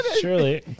surely